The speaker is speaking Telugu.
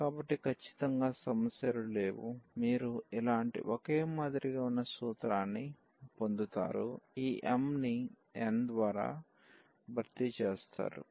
కాబట్టి ఖచ్చితంగా సమస్యలు లేవు మీరు ఇలాంటి ఒకే మాదిరిగా వున్న సూత్రాన్ని పొందుతారు ఈ m ని n ద్వారా భర్తీ చేస్తారు